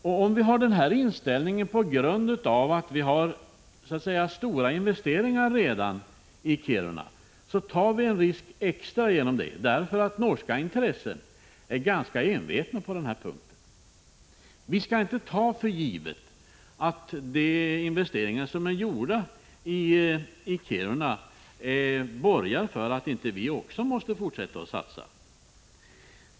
Om vi har den inställningen på grund av att vi redan har stora investeringar i Kiruna, tar vi en extra risk genom det. De norska intressena är nämligen ganska envetna på den här punkten. Vi skall inte ta för givet att de investeringar som är gjorda i Kiruna borgar för att vi inte behöver fortsätta att satsa.